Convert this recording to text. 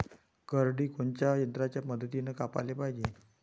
करडी कोनच्या यंत्राच्या मदतीनं कापाले पायजे?